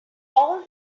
all